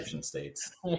states